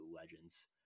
legends